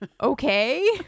Okay